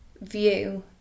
view